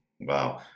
Wow